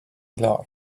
loved